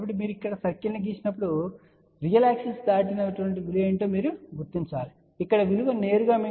కాబట్టి మీరు ఇక్కడ సర్కిల్ను గీసినప్పుడు రియల్ యాక్సిస్ దాటిన విలువ ఏమిటో మీరు గుర్తించగలరు ఇక్కడ విలువ నేరుగా మీకు VSWR 3